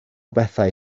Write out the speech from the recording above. bethau